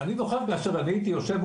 זה נראה כמעט לפני ספירת הנוצרים,